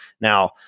Now